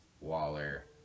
Waller